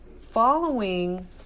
Following